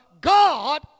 God